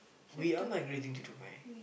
we are migrating to Dubai